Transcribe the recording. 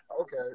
Okay